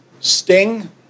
Sting